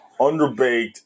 underbaked